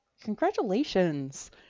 Congratulations